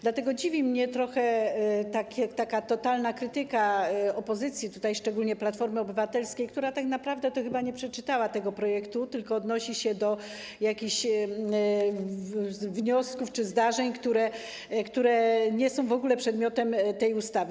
Dlatego dziwi mnie trochę totalna krytyka opozycji, szczególnie Platformy Obywatelskiej, która tak naprawdę chyba nie przeczytała tego projektu, tylko odnosi się do jakichś wniosków czy zdarzeń, które nie są w ogóle przedmiotem tej ustawy.